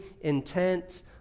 intent